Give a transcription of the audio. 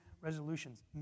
resolutions